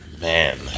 Man